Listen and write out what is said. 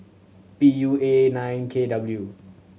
P U A nine K W